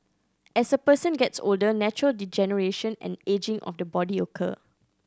as a person gets older natural degeneration and ageing of the body occur